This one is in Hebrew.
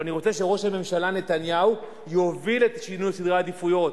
אבל אני רוצה שראש הממשלה נתניהו יוביל את שינוי סדרי העדיפויות.